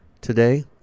today